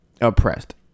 oppressed